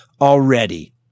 already